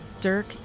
Dirk